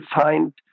find